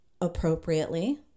appropriately